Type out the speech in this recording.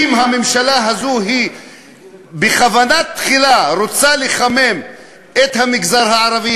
אם הממשלה הזאת בכוונה תחילה רוצה לחמם את המגזר הערבי,